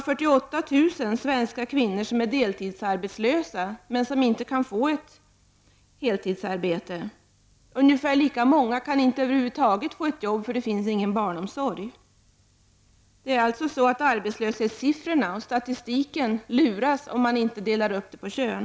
48 000 svenska kvinnor är deltidsarbetslösa men kan inte få ett heltidsarbete. Ungefär lika många kan över huvud taget inte ta ett arbete på grund av att det inte finns någon barnomsorg. Arbetslöshetsstatistiken luras, om man inte delar upp siffrorna på kön.